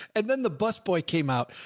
and then the bus boy came out,